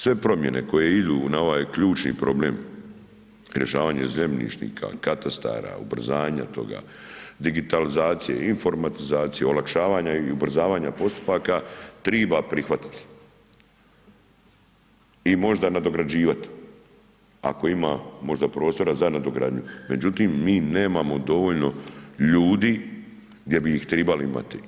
Sve promjene koje idu na ovaj ključni problem rješavanje zemljišnika, katastara, ubrzanja toga, digitalizacije, informatizacije, olakšavanja i ubrzavanja postupaka triba prihvatiti i možda nadograđivati, ako ima možda prostora za nadogradnju, međutim mi nemamo dovoljno ljudi gdje bi ih tribali imati.